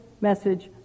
message